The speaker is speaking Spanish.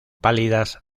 pálidas